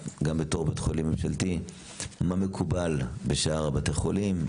גם בתור בית חולים ממשלתי מה מקובל בשאר בתי החולים,